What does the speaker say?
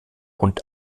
und